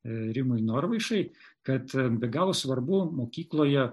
rimui norvaišai kad be galo svarbu mokykloje